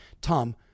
Tom